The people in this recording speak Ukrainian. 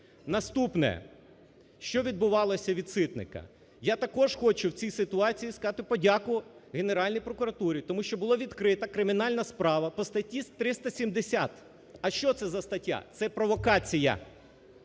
Наступне, що відбувалося від Ситника? Я також хочу в цій ситуації сказати подяку Генеральній прокуратурі, тому що була відкрита кримінальна справа по статті 370, а що це за стаття? Це провокація.